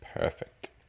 Perfect